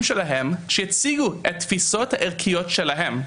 שלהם שייצגו את התפיסות הערכיות שלהם.